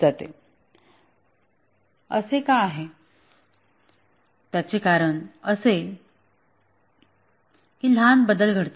असे का आहे त्याचे कारण असे की लहान बदल घडतात